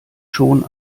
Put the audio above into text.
schon